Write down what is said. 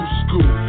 school